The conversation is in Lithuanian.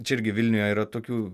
čia irgi vilniuje yra tokių